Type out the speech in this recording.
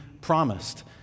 promised